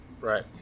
Right